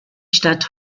stadt